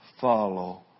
Follow